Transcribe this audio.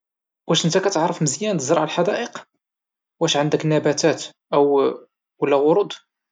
واش نتا كتعرف مزيان تزرع الحدائق، واش عندك نباتات أو ولا ورود؟